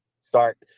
start